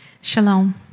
shalom